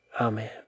Amen